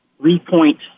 three-point